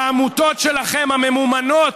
העמותות שלכם, הממומנות